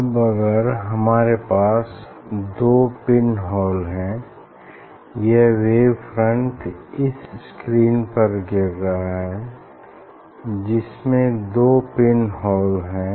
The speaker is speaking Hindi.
अब अगर हमारे पास दो पिन होल हैं यह वेव फ्रंट इस स्क्रीन पर गिर रहा है जिसमें दो पिन होल हैं